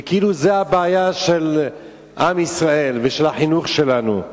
וכאילו זו הבעיה של עם ישראל ושל החינוך שלנו.